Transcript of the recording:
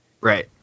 Right